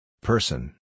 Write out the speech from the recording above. Person